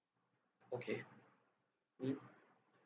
okay mm